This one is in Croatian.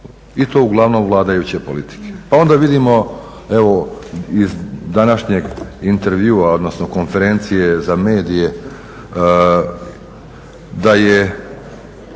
i to uglavnom vladajuće politike. Pa onda vidimo evo iz današnjeg intervjua, odnosno konferencije za medije da su